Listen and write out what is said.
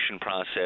process